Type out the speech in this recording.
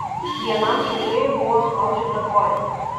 vienam čiuožėjui buvo sulaužyta koja